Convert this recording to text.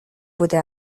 بوده